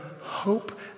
hope